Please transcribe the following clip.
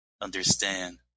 understand